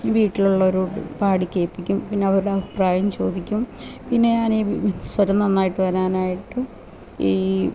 ഈ വീട്ടിലുള്ളവരോട് പാടി കേള്പ്പിക്കും പിന്നെ അവരുടെ അഭിപ്രായം ചോദിക്കും പിന്നെ ഞാന് സ്വരം നന്നായിട്ട് വരാനായിട്ടും ഈ